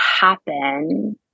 happen